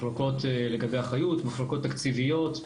מחלוקות לגבי אחריות, מחלוקות תקציביות.